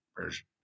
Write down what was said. version